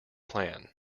plan